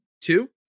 Two